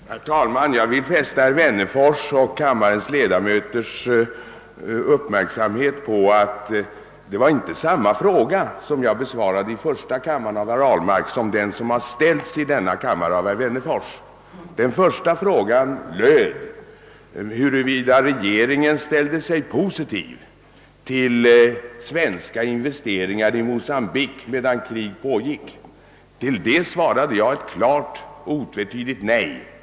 Herr talman! Jag vill fästa herr Wennerfors och kammarens övriga ledamöters uppmärksamhet på att den fråga av herr Ahlmark som jag besvarade i första kammaren inte var densamma som den som ställts av herr Wennerfors i denna kammare. Den första frågan löd: »Är regeringen positiv till svenska privata investeringar i Mocambique medan krig där pågår liksom den är till den snabbt vidgade handeln med Portugal på grund av medlemskapet i EFTA?» På den frågan svarade jag ett klart och otvetydigt nej.